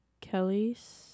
Kellys